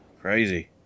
Crazy